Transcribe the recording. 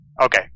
Okay